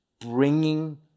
bringing